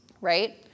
Right